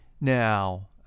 Now